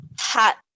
hat